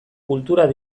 kulturan